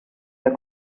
the